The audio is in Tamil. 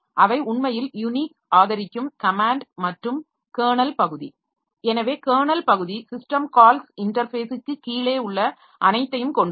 அவை உண்மையில் யுனிக்ஸ் ஆதரிக்கும் கமேன்ட் மற்றும் கெர்னல் பகுதி எனவே கெர்னல் பகுதி சிஸ்டம் கால்ஸ் இன்டர்ஃபேஸிற்கு கீழே உள்ள அனைத்தையும் கொண்டுள்ளது